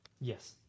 Yes